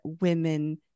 women